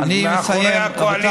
חברי הקואליציה.